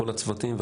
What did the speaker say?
בכל הצוותים.